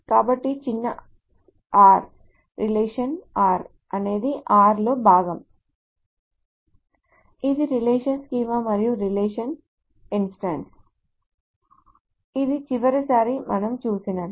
కాబట్టి చిన్న r relation r అనేది R లో భాగం ఇది రిలేషన్ స్కీమా మరియు రిలేషన్ ఇన్స్టాన్స్ ఇది చివరిసారి మనం చూసినది